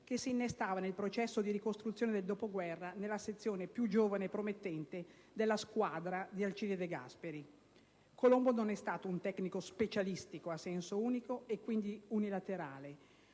che si innestava, nel processo di ricostruzione del dopoguerra, nella sezione più giovane e promettente della squadra di Alcide De Gasperi. Emilio Colombo non è stato un tecnico specialistico a senso unico e, quindi, unilaterale: